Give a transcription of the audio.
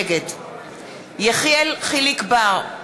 נגד יחיאל חיליק בר,